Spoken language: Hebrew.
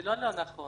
זה לא לא נכון.